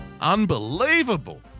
Unbelievable